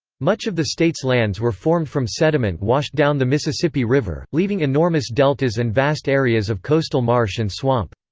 much of the state's lands were formed from sediment washed down the mississippi river, leaving enormous deltas and vast areas of coastal marsh and swamp.